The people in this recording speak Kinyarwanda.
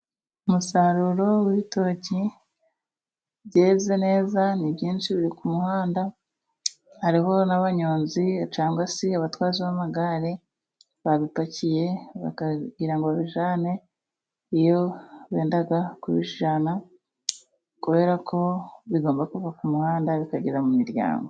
Umusaruro w'ibitoki byeze neza. Ni byinshi biri ku muhanda ,hariho n'abanyonzi cyangwa se abatwaza b'amagare .Babipakiye kugira ngo bijyane iyo bagiye kujyana ,kubera ko bigomba kuva ku muhanda bikagera mu miryango.